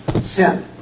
Sin